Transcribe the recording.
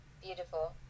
beautiful